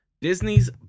Disney's